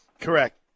Correct